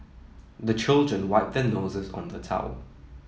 the children wipe their noses on the towel